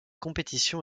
compétition